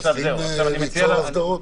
מנסים ליצור הסדרות?